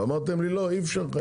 אמרתם לי שאי-אפשר לחייב.